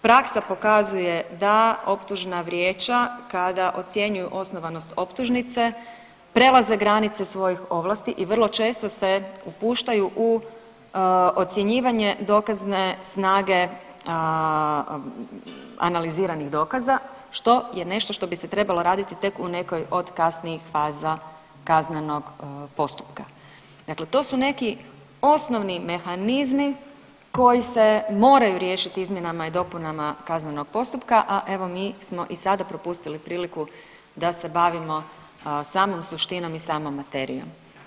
Praksa pokazuje da optužna vijeća kada ocjenjuju osnovanost optužnice prelaze granice svojih ovlasti i vrlo često se upuštaju u ocjenjivanje dokazne snage analiziranih dokaza što je nešto što bi se trebalo raditi tek u nekoj od kasnijih faza kaznenog postupka, dakle to su neki osnovni mehanizmi koji se moraju riješiti izmjenama i dopunama kaznenog postupka, a evo mi smo i sada propustili priliku da se bavimo samom suštinom i samom materijom.